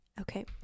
Okay